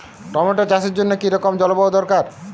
Tomato চাষের জন্য কি রকম জলবায়ু দরকার?